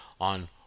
on